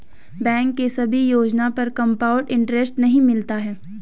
bank के सभी योजना पर कंपाउड इन्टरेस्ट नहीं मिलता है